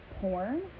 porn